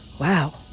wow